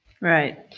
Right